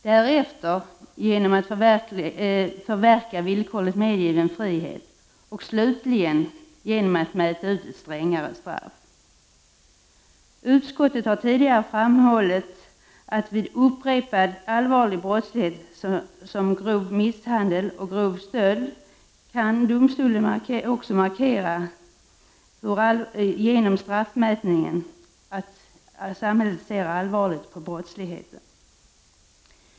Därefter sker det genom att villkorligt medgiven frihet förverkas och slutligen genom att ett strängare straff utmäts. Utskottet har tidigare framhållit att vid upprepad allvarlig brottslighet, såsom grov misshandel och grov stöld, kan domstolen också genom straffmätningen markera att samhället ser allvarligt på brottsligheten.